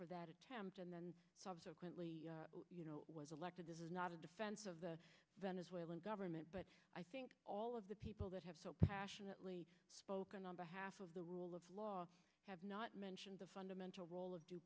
for that attempt and then subsequently was elected this is not a defense of the venezuelan government but i think all of the people that have so passionately spoken on behalf of the rule of law have not mentioned the fundamental role of due